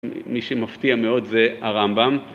מי שמפתיע מאוד זה הרמב״ם